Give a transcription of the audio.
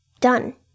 Done